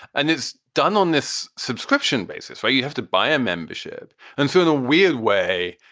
and it's done on this subscription basis where you have to buy a membership and so in a weird way,